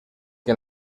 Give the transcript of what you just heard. que